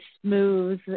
smooth